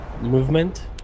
movement